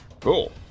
Cool